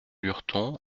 lurton